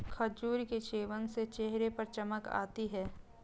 खजूर के सेवन से चेहरे पर चमक आती है